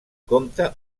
compte